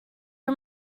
you